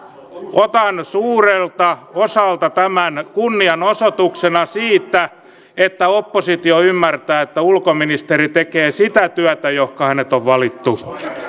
otan suurelta osalta tämän kunnianosoituksena siitä että oppositio ymmärtää että ulkoministeri tekee sitä työtä johonka hänet on valittu